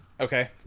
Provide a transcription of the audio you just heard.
Okay